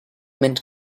mint